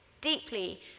deeply